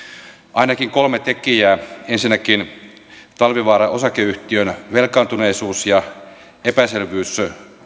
ainakin kolme tekijää ensinnäkin talvivaara osakeyhtiön velkaantuneisuus ja epäselvyys